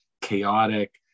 chaotic